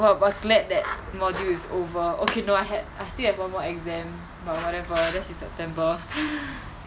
!wah! but glad that module is over okay no I ha~ still have one more exam but whatever that's in september